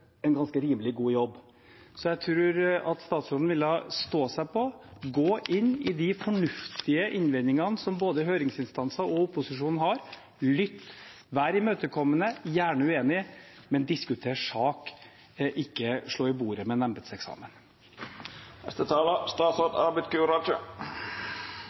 en rimelig god jobb. Så jeg tror statsråden ville ha stått seg på å gå inn i de fornuftige innvendingene som både høringsinstanser og opposisjonen har, lytte og være imøtekommende – og gjerne være uenig, men diskutere sak og ikke slå i bordet